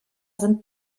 sind